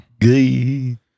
Gay